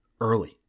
early